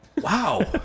Wow